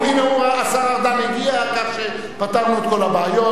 הנה, השר ארדן הגיע, כך שפתרנו את כל הבעיות.